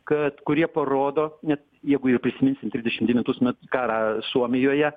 kad kurie parodo net jeigu ir prisiminsim trisdešim devintus met karą suomijoje